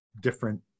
different